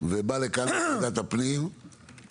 ובא לכאן לוועדת הפנים,